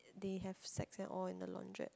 they have sex and all in the laundrette